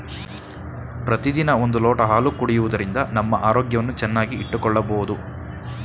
ಪ್ರತಿದಿನ ಒಂದು ಲೋಟ ಹಾಲು ಕುಡಿಯುವುದರಿಂದ ನಮ್ಮ ಆರೋಗ್ಯವನ್ನು ಚೆನ್ನಾಗಿ ಇಟ್ಟುಕೊಳ್ಳಬೋದು